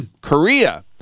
Korea